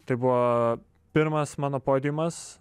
tai buvo pirmas mano podiumas